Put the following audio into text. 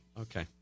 Okay